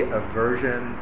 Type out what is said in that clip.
aversion